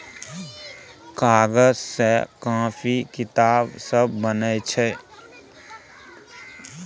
कागज सँ कांपी किताब सब बनै छै